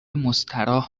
مستراح